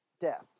death